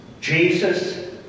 Jesus